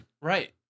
Right